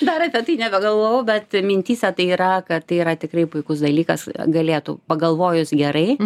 dar apie tai nebegalvojau bet mintyse tai yra kad tai yra tikrai puikus dalykas galėtų pagalvojus gerai